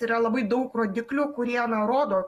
yra labai daug rodiklių kurie rodo